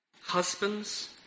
Husbands